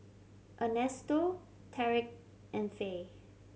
Ernesto Tarik and Faye